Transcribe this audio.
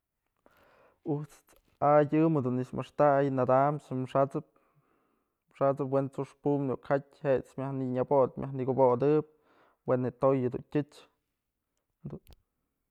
Ujt's ay tyëm dun nëkxë maxtay, nadamchë xat'sëp, xat'sëp we'en t'suxkë pumnë iuk jatyë jet's myaj nëdyë bod myaj nëkubodëp we'en je'e toy dun tyëch.